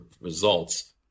results